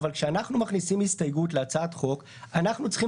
אבל כשאנחנו מכניסים הסתייגות להצעת חוק אנחנו צריכים